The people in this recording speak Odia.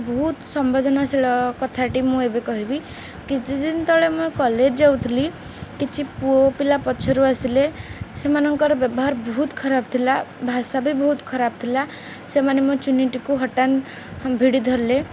ବହୁତ ସମ୍ବେଦନାଶୀଳ କଥାଟି ମୁଁ ଏବେ କହିବି କିଛିଦିନ ତଳେ ମୁଁ କଲେଜ ଯାଉଥିଲି କିଛି ପୁଅ ପିଲା ପଛରୁ ଆସିଲେ ସେମାନଙ୍କର ବ୍ୟବହାର ବହୁତ ଖରାପ ଥିଲା ଭାଷା ବି ବହୁତ ଖରାପ ଥିଲା ସେମାନେ ମୋ ଚୁନିଟିକୁ ହଠାତ୍ ଭିଡ଼ି ଧରିଲେ